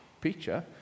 picture